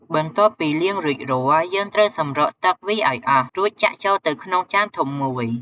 បន្ទាប់ពីលាងរួចរាល់ យើងត្រូវសម្រក់ទឹកវាឱ្យអស់ រួចចាក់ចូលទៅក្នុងចានធំមួយ។